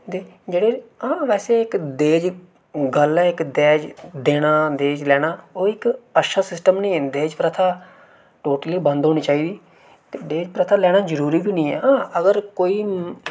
ते जेह्ड़े हां वैसे इक दाज गल्ल ऐ इक दाज देना दाज लैना ओह् इक अच्छा सिस्टम नेईं ऐ दाज प्रथा टोटली बंद होनी चाहिदी ते दाज प्रथा लैना जरूरी बी नेईं ऐ हां अगर कोई